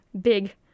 big